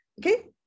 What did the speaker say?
Okay